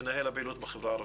מנהל הפעילות בחברה הערבית.